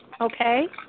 Okay